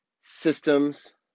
systems